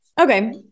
Okay